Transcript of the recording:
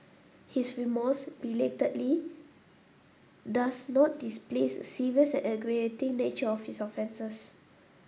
his remorse belatedly does not displace serious and nature of his offences